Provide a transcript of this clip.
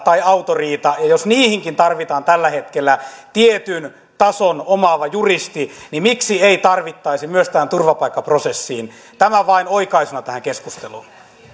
tai autoriita ja jos niihinkin tarvitaan tällä hetkellä tietyn tason omaava juristi niin miksi ei tarvittaisi myös tähän turvapaikkaprosessiin tämä vain oikaisuna tähän keskusteluun